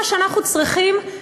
מה שאנחנו צריכים,